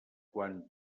quan